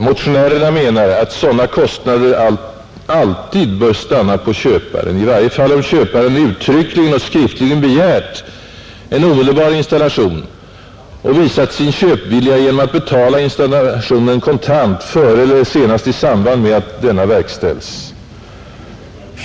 Motionärerna menar att sådana kostnader alltid bör stanna på köparen, i varje fall om köparen uttryckligen och skriftligen begärt en omedelbar installation och visat sin köpvilja genom att betala installationen kontant före eller senast i samband med att denna verkställes.